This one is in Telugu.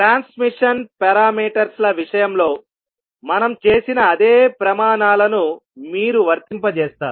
ట్రాన్స్మిషన్ పారామీటర్స్ ల విషయంలో మనం చేసిన అదే ప్రమాణాలను మీరు వర్తింపజేస్తారు